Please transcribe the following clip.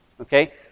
Okay